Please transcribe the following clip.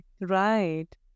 Right